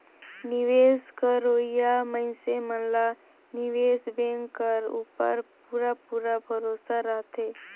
निवेस करोइया मइनसे मन ला निवेस बेंक कर उपर पूरा पूरा भरोसा रहथे